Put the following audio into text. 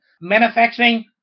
Manufacturing